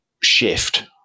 shift